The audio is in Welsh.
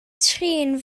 trin